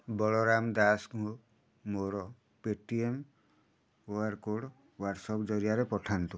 ବଳରାମ ଦାସଙ୍କୁ ମୋର Paytm Q R code WhatsApp ଜରିଆରେ ପଠାନ୍ତୁ